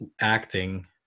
acting